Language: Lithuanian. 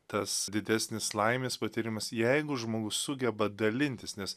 tas didesnis laimės patyrimas jeigu žmogus sugeba dalintis nes